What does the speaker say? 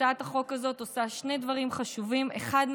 הצעת החוק הזאת עושה שני דברים חשובים: האחד,